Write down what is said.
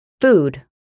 food